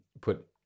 put